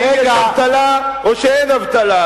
האם יש אבטלה או שאין אבטלה,